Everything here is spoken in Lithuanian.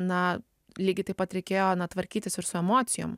na lygiai taip pat reikėjo tvarkytis ir su emocijom